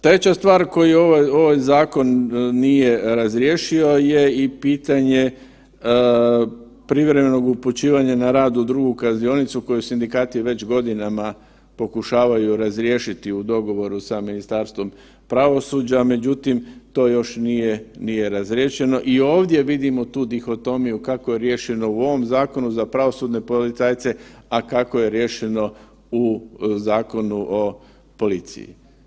Treća stvar koju ovaj zakon nije razriješio je i pitanje privremenog upućivanja na rad u drugu kaznionicu koju sindikati već godinama pokušavaju razriješiti u dogovoru sa Ministarstvom pravosuđa, međutim to još nije, nije razriješeno i ovdje vidimo tu dihotomiju kako je riješeno u ovom zakonu za pravosudne policajce, a kako je riješeno u Zakonu o policiji.